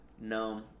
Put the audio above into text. No